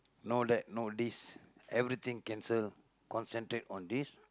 no that no this everything cancel concentrate on this